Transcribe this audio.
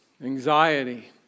Anxiety